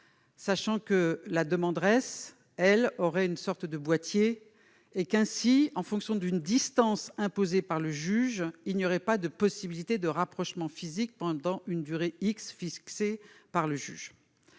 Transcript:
électronique. La demanderesse aurait une sorte de boîtier. Ainsi, en fonction d'une distance imposée par le juge, il n'y aurait pas de possibilité de rapprochement physique pendant une durée fixée par lui.